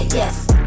yes